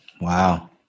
wow